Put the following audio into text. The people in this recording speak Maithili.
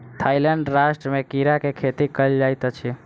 थाईलैंड राष्ट्र में कीड़ा के खेती कयल जाइत अछि